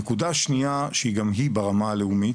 הנקודה השנייה שגם היא ברמה הלאומית